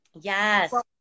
Yes